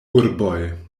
urboj